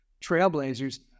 trailblazers